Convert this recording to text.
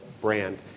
brand